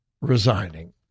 resigning